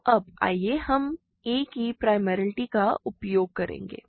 तो अब आइए हम a की प्राईमेलिटी का उपयोग करेंगे